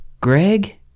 Greg